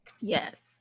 yes